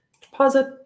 Deposit